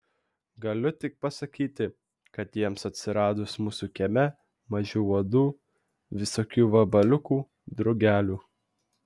galiu tik pasakyti kad jiems atsiradus mūsų kieme mažiau uodų visokių vabaliukų drugelių